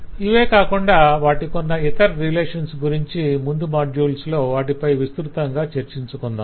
ఇవే కాకుండా వాటికున్న ఇతర రిలేషన్స్ గురించి ముందు మాడ్యూల్స్ లో వాటిపై విస్తృతంగా చర్చించుకుందాం